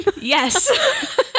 Yes